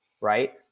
Right